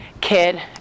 kid